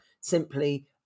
simply